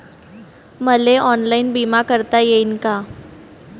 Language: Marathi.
मले ऑनलाईन बिमा भरता येईन का?